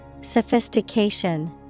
Sophistication